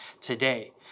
today